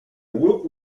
woot